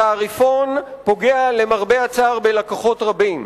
התעריפון פוגע, למרבה הצער, בלקוחות רבים.